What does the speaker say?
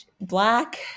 Black